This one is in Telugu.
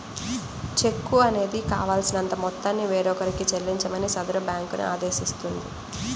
చెక్కు అనేది కావాల్సినంత మొత్తాన్ని వేరొకరికి చెల్లించమని సదరు బ్యేంకుని ఆదేశిస్తుంది